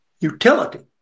Utility